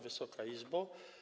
Wysoka Izbo!